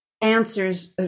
answers